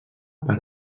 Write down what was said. per